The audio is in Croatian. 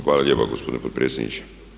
Hvala lijepa gospodine potpredsjedniče.